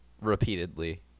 repeatedly